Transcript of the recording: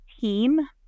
team